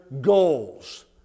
goals